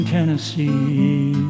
Tennessee